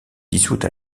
dissoute